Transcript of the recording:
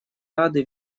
рады